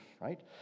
right